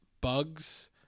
bugs